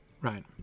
Right